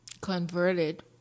converted